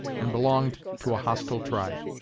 and belonged to a hostile tribe.